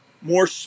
more